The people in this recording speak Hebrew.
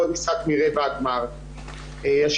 ועוד משחק מרבע הגמר.